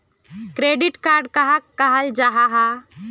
Credit card कहाक कहाल जाहा जाहा?